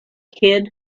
kid